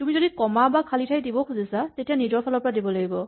তুমি যদি কমা বা খালী ঠাই দিব খুজিছা তেতিয়া নিজৰ ফালৰ পৰা দিব লাগিব